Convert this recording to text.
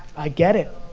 i get it.